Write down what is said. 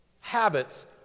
habits